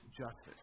justice